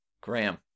Graham